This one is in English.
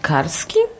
Karski